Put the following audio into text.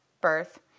birth